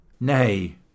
Nay